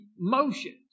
emotions